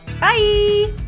Bye